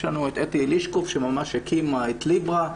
יש לנו את אתי אלישקוב שממש הקימה את ליברה,